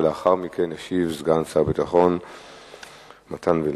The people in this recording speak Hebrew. ולאחר מכן ישיב סגן שר הביטחון מתן וילנאי.